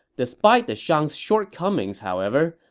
despite the shang's shortcomings, however,